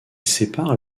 sépare